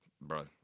Bro